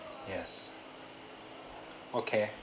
yes okay